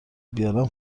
بیارم